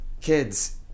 kids